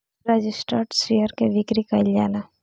registered share के बिक्री कईल जाला